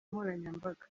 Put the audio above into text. nkoranyambaga